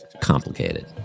complicated